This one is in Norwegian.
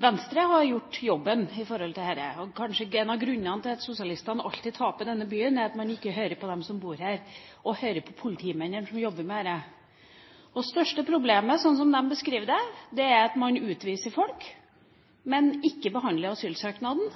Venstre har gjort jobben når det gjelder dette. Kanskje én av grunnene til at sosialistene alltid taper i denne byen, er man ikke hører på dem som bor her og hører på de politimennene som jobber med dette. Det største problemet, sånn som de beskriver det, er at man utviser folk, men ikke behandler asylsøknaden,